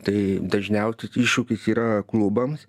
tai dažniausias iššūkis yra klubams